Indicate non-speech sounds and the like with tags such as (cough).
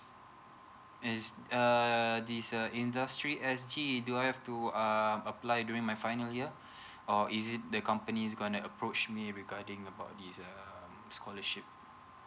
is uh this uh industry S_G do I have to uh apply during my final year (breath) or is it the company is going to approach me regarding about this um scholarship